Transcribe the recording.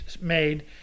made